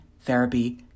therapy